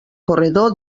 corredor